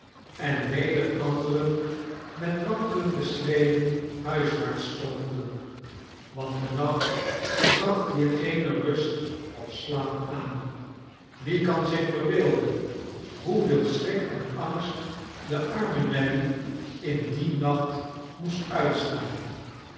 en weder anderen met wankelende schreden huiswaarts strompelden want de nacht bracht hier geene rust of slaap aan wie kan zich verbeelden hoeveel schrik en angst de arme nelly in dien nacht moest uitstaan